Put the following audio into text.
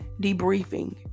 debriefing